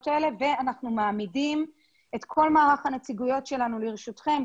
האלה ואנחנו מעמידים את כל מערך הנציגויות שלנו לרשותכם,